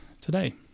today